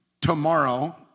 tomorrow